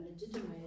legitimate